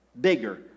bigger